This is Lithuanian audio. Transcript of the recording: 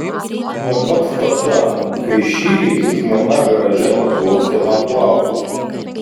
nuo pat tada kai šįryt žmona garaže paglostė man plaukus